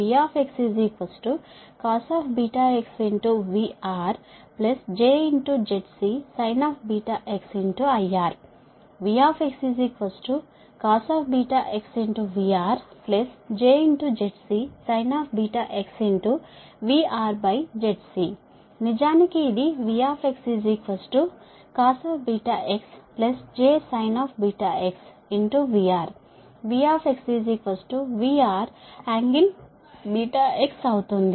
VcosVRjZc sinxIR V cosVR jZc sinx VRZC నిజానికి ఇది VcosjsinVR VVRㄥx అవుతుంది